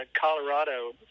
colorado